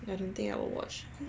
I don't think I will watch it